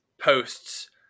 posts